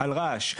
על רעש.